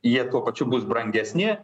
jie tuo pačiu bus brangesni